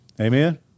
Amen